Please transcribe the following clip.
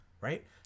right